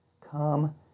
Come